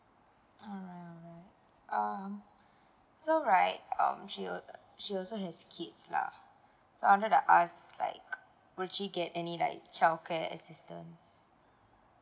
alright um so right um she will she also has kids lah so under the us like would she get like any like child care assistance